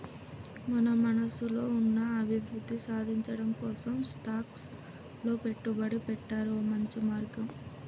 మన మనసులో ఉన్న అభివృద్ధి సాధించటం కోసం స్టాక్స్ లో పెట్టుబడి పెట్టాడు ఓ మంచి మార్గం